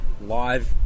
live